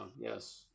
yes